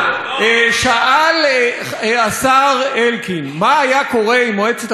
שאל השר אלקין מה היה קורה אם מועצת הביטחון הייתה,